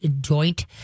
joint